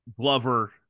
Glover